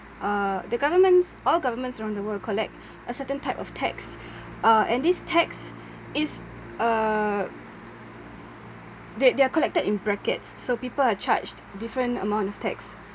uh the governments all governments around the world collect a certain type of tax uh and this tax is uh they they are collected in brackets so people are charged different amount of tax